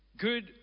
good